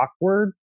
awkward